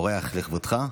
אורח לכבודך.